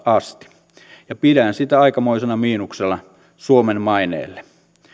asti ja pidän sitä aikamoisena miinuksena suomen maineelle